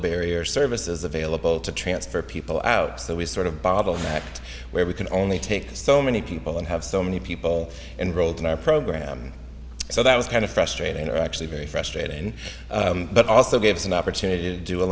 barrier services available to transfer people out so we sort of bob a fact where we can only take so many people and have so many people and growth in our program so that was kind of frustrating or actually very frustrating but also gave us an opportunity to do a